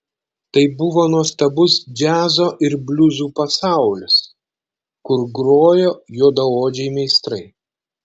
tai buvo nuostabus džiazo ir bliuzų pasaulis kur grojo juodaodžiai meistrai